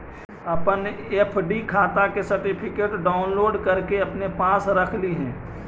अपन एफ.डी खाता के सर्टिफिकेट डाउनलोड करके अपने पास रख लिहें